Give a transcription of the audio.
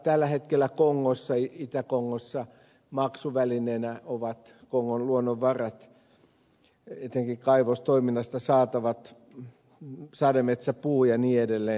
tällä hetkellä itä kongossa maksuvälineenä ovat kongon luonnonvarat etenkin kaivostoiminnasta saatavat sademetsäpuu ja niin edelleen